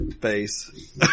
face